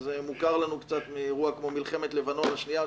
וזה מוכר לנו קצת מאירוע כמו מלחמת לבנון השנייה,